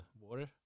water